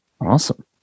Awesome